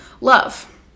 love